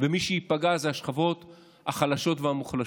ומי שייפגע זה השכבות החלשות והמוחלשות.